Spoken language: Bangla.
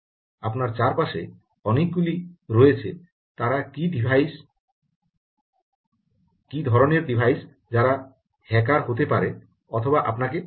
আপনার চারপাশে অনেকগুলি রয়েছে তারা কি ধরনের ডিভাইস যারা হ্যাকার হতে পারে অথবা আপনাকে শুনছে